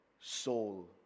soul